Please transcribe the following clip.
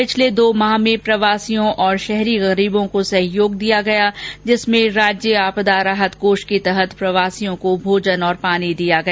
पिछले दो माह में प्रवासियों और शहरी गरीबों को सहयोग दिया गया जिसमें राज्य आपदा राहत कोष के तहत प्रवासियों को भोजन और पानी दिया गया